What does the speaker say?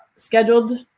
scheduled